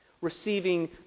receiving